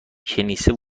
کنیسه